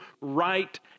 right